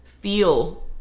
feel